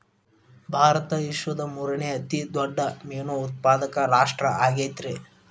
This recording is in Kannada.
ಭಾರತ ವಿಶ್ವದ ಮೂರನೇ ಅತಿ ದೊಡ್ಡ ಮೇನು ಉತ್ಪಾದಕ ರಾಷ್ಟ್ರ ಆಗೈತ್ರಿ